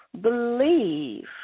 Believe